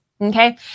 okay